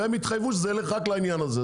והן יתחייבו שזה ילך רק לעניין הזה,